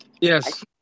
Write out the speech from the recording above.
yes